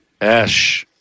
Ash